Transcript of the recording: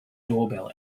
doorbell